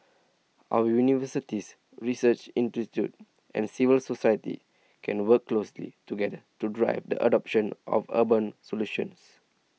our universities research institutes and civil society can work closely together to drive the adoption of urban solutions